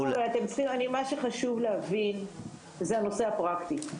מול --- מה שחשוב להבין זה את הנושא הפרקטי.